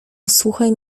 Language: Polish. usłuchaj